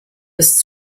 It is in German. ist